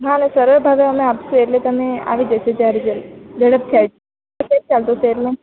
હાં સરસ ભાવે અમે આપશે એટલે તમે આવી જજો જ્યારે જ્યારે ઝડપ થી આવી જજો